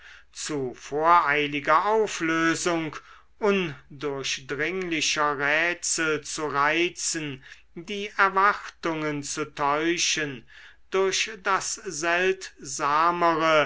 zu voreiliger auflösung undurchdringlicher rätsel zu reizen die erwartungen zu täuschen durch das seltsamere